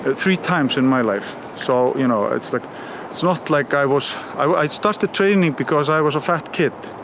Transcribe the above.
ah three times in my life. so you know it's like it's not like i was. i started training because i was a fat kid.